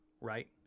right